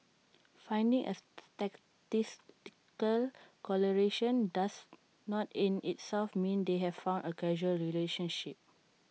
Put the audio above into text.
finding A statistical correlation does not in itself mean they have found A causal relationship